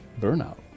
burnout